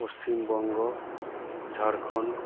Paschim Banga Jharkhand